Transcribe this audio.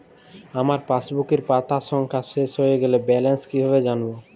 আমার পাসবুকের পাতা সংখ্যা শেষ হয়ে গেলে ব্যালেন্স কীভাবে জানব?